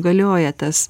galioja tas